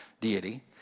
deity